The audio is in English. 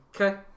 Okay